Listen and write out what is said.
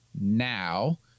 now